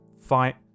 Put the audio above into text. fight